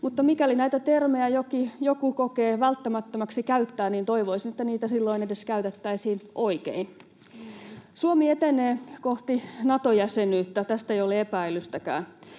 Mutta mikäli näitä termejä joku kokee välttämättömäksi käyttää, niin toivoisin, että niitä silloin edes käytettäisiin oikein. Suomi etenee kohti Nato-jäsenyyttä — tästä ei ole epäilystäkään.